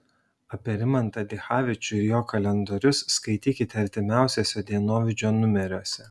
apie rimantą dichavičių ir jo kalendorius skaitykite artimiausiuose dienovidžio numeriuose